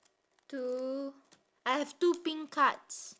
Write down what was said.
two I have two pink cards